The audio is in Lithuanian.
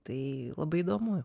tai labai įdomu